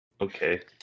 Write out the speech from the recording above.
Okay